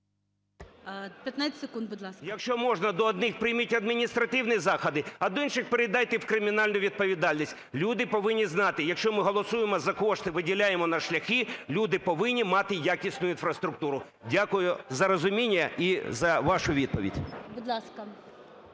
Дякую за розуміння і за вашу відповідь.